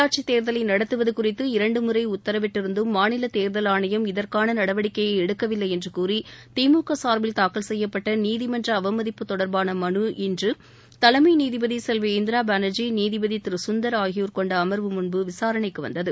உள்ளாட்சித் தேர்தலை நடத்துவது குறித்து இரண்டு முறை உத்தரவிட்டிருந்தும் மாநில தேர்தல் ஆணையம் இதற்கான நடவடிக்கையை எடுக்கவில்லை என்று கூறி திமுக சார்பில் தாக்கல் செய்யப்பட்ட நீதிமன்ற அவமதிப்பு தொடர்பான மனு இன்று தலைமை நீதிபதி செல்வி இந்திரா பானர்ஜி நீதிபதி திரு கந்தர் ஆகியோர் கொண்ட அமர்வு முன் விசாரணைக்கு வந்தது